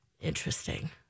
Interesting